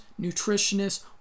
nutritionists